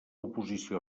oposició